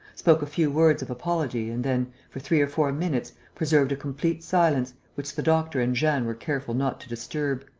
spoke a few words of apology and then, for three or four minutes, preserved a complete silence, which the doctor and jeanne were careful not to disturb.